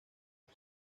por